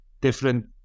different